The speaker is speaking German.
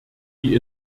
die